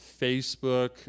Facebook